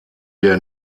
der